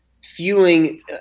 fueling